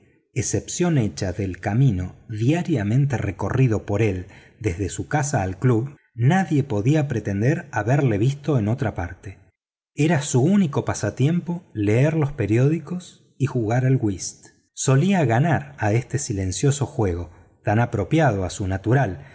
excepción hecha del camino diariamente recorrido por él desde su casa al club nadie podía pretender haberio visto en otra parte era su único pasatiempo leer los periódicos y jugar al whist solía ganar a ese silencioso juego tan apropiado a su natural